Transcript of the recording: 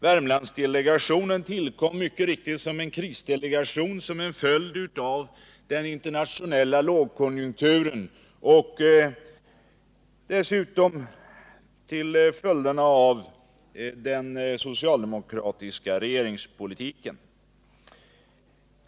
Värmlandsdelegationen tillkom mycket riktigt som en krisdelegation, men det var som en följd av den internationella lågkonjunkturen och dessutom som en följd av den socialdemokratiska regeringspolitiken.